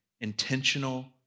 Intentional